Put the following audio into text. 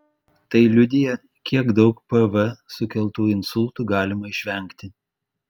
tai liudija kiek daug pv sukeltų insultų galima išvengti